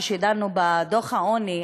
כשדנו בדוח העוני,